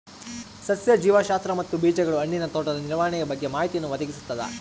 ಸಸ್ಯ ಜೀವಶಾಸ್ತ್ರ ಮತ್ತು ಬೀಜಗಳು ಹಣ್ಣಿನ ತೋಟದ ನಿರ್ವಹಣೆಯ ಬಗ್ಗೆ ಮಾಹಿತಿಯನ್ನು ಒದಗಿಸ್ತದ